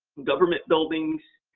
government buildings,